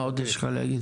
מה עוד יש לך להגיד?